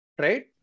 Right